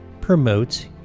promotes